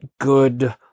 good